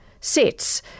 sets